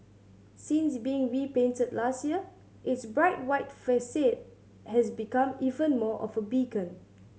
since being repainted last year its bright white facade has become even more of a beacon